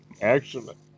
Excellent